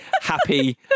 happy